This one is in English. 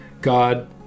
God